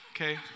okay